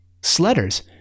sledders